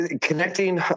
connecting